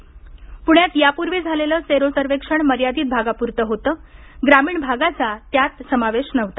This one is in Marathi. पूण्यात यापूर्वी झालेलं सेरो सर्वेक्षण मर्यादित भागापुरतं होतं ग्रामीण भागाचा त्यात समावेश नव्हता